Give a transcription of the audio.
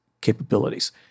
capabilities